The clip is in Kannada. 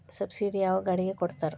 ಸಬ್ಸಿಡಿ ಯಾವ ಗಾಡಿಗೆ ಕೊಡ್ತಾರ?